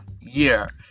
year